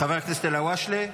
חבר הכנסת ואליד אלהואשלה,